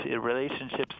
relationships